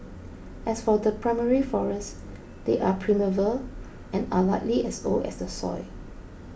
as for the primary forest they are primeval and are likely as old as the soil